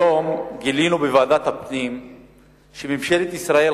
היום גילינו בוועדת הפנים שממשלת ישראל